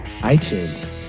iTunes